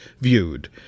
viewed